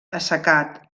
assecat